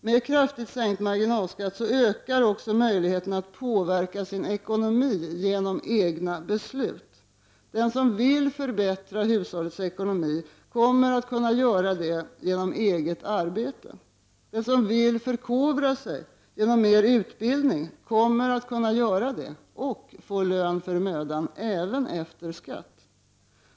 Med kraftigt sänkt marginalskatt ökar också möjligheterna att påverka sin ekonomi genom egna beslut. Den som vill förbättra hushållets ekonomi kommer att kunna göra det genom eget arbete. Den som vill förkovra sig genom mer utbildning kommer att kunna göra det och få lön för mödan — även efter skatt.